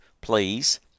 please